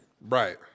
right